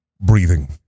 Breathing